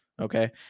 Okay